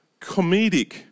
comedic